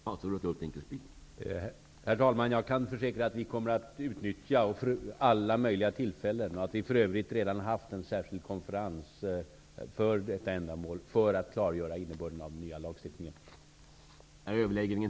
Herr talman! Jag kan försäkra att vi kommer att utnyttja alla möjliga tillfällen, och att vi för övrigt redan har haft en särskild konferens för detta ändamål, till att klargöra innebörden av den nya lagstiftningen.